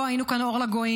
לא היינו כאן אור לגויים.